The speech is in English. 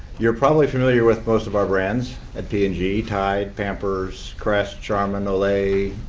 you're probably familiar with most of our brands at p and g tide, pampers, crest, charmin, olay,